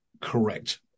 correct